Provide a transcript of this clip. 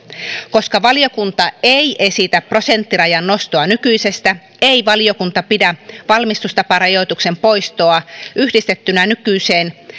koska valiokunta ei esitä prosenttirajan nostoa nykyisestä ei valiokunta pidä valmistustaparajoituksen poistoa yhdistettynä nykyiseen